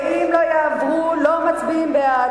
אם לא יעברו, לא מצביעים בעד.